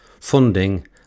funding